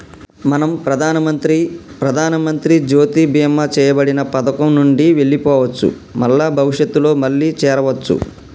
మనం ప్రధానమంత్రి ప్రధానమంత్రి జ్యోతి బీమా చేయబడిన పథకం నుండి వెళ్లిపోవచ్చు మల్ల భవిష్యత్తులో మళ్లీ చేరవచ్చు